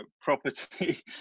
property